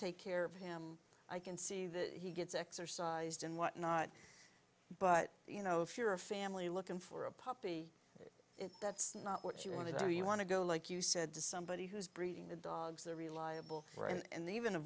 take care of him i can see that he gets exercised and whatnot but you know if you're a family looking for a puppy if that's not what you want to do you want to go like you said to somebody who's breeding the dogs they're reliable for and they even a